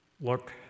look